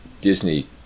Disney